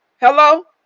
Hello